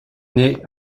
née